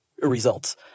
results